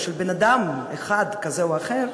או של בן-אדם אחד כזה או אחר,